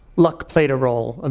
lucky played a role. and